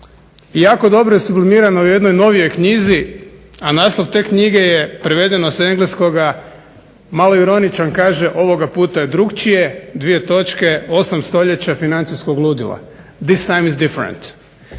Jako dobro je sublimirano u jednoj novijoj knjizi, a naslov te knjige je prevedeno s engleskoga malo ironičan kaže "Ovoga puta je drukčije: 8 stoljeća financijskog ludila", "This time is different"